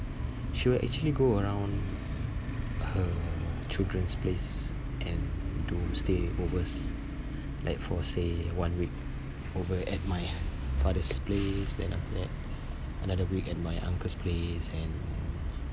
she will actually go around her children's place and do stayovers like for say one week over at my father's place then after that another week at my uncle's place and